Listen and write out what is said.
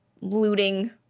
looting